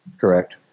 Correct